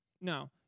No